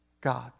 God